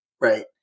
Right